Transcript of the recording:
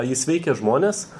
jis veikia žmones